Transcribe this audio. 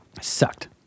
sucked